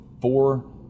four